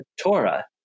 Torah